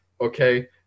okay